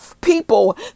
people